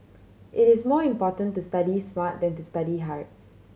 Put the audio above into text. it is more important to study smart than to study hard